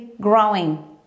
growing